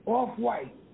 Off-white